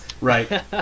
right